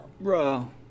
bro